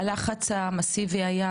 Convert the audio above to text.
הלחץ המסיבי היה